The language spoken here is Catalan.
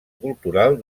cultural